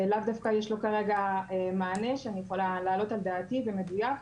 שלאו דווקא יש לו כרגע מענה שאני יכולה להעלות על דעתי במדויק,